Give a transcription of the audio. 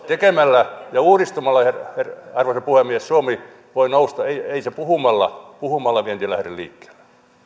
tekemällä ja uudistumalla arvoisa puhemies suomi voi nousta ei ei puhumalla puhumalla vienti lähde liikkeelle